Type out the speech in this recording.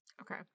Okay